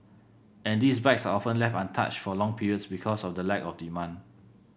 and these bikes are often left untouched for long periods because of the lack of demand